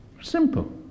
Simple